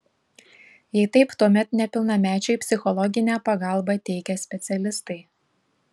jei taip tuomet nepilnamečiui psichologinę pagalbą teikia specialistai